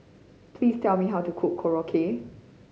please tell me how to cook Korokke